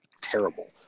terrible